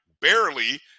Barely